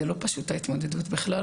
זה לא פשוט ההתמודדות בכלל,